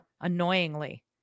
annoyingly